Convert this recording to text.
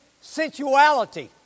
Sensuality